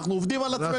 אנחנו עובדים על עצמנו?